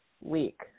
week